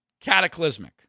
cataclysmic